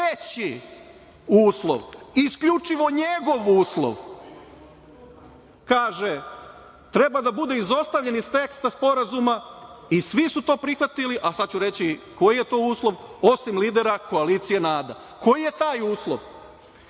Treći uslov, isključivo njegov uslov, kaže – treba da bude izostavljen iz teksta sporazuma, i svi su to prihvatili, a sada ću reći koji je to uslov, osim lidera koalicije NADA. Koji je taj uslov?